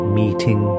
meeting